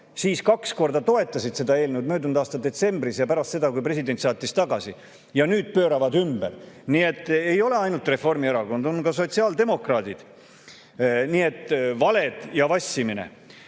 siis kaks korda toetasid seda eelnõu – möödunud aasta detsembris ja pärast seda, kui president saatis tagasi – ja nüüd pööravad ümber. Nii et ei ole ainult Reformierakond, on ka sotsiaaldemokraadid. Valed ja vassimine.